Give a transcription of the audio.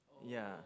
ya